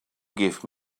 give